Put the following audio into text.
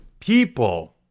people